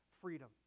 freedom